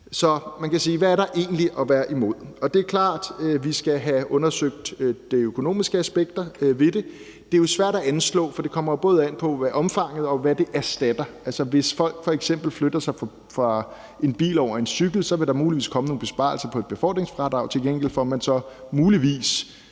Så man kan sige: Hvad er der egentlig at være imod? Det er klart, at vi skal have undersøgt de økonomiske aspekter ved det. Det er jo svært at anslå, for det kommer både an på, hvad omfanget er, og hvad det erstatter. Altså, hvis folk f.eks. flytter sig fra en bil over på en cykel, vil der muligvis komme nogle besparelser på et befordringsfradrag, men til gengæld vil der så, hvis